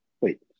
Wait